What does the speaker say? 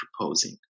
proposing